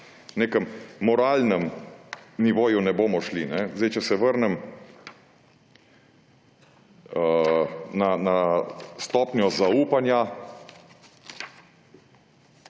nekem moralnem nivoju ne bomo šli. Če se vrnem na stopnjo zaupanja,